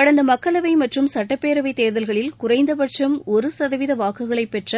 கடந்த மக்களவை மற்றும் சட்டப் பேரவைத் தேர்தல்களில் குறைந்த பட்சம் ஒரு சதவீத வாக்குகளை பெற்ற